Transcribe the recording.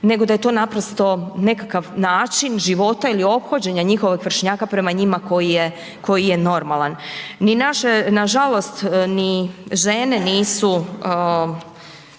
nego da je to naprosto nekakav način života ili ophođenja njihovog vršnjaka prema njima koji je normalan. Ni naše nažalost ni žene nisu